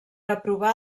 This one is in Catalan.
aprovar